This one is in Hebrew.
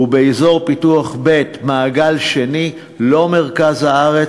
ובאזור פיתוח ב' מעגל שני, לא מרכז הארץ,